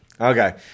Okay